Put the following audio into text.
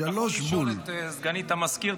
אתה יכול לשאול את סגנית המזכיר,